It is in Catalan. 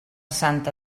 santa